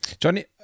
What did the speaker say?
Johnny